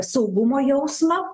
saugumo jausmą